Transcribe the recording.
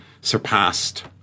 surpassed